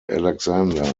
alexander